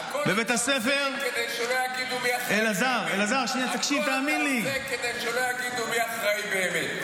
בבית הספר --- הכול אתה עושה כדי שלא יגידו מי האחראי באמת.